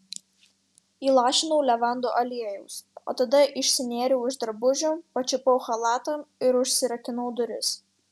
įlašinau levandų aliejaus o tada išsinėriau iš drabužių pačiupau chalatą ir užsirakinau duris